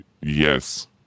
Yes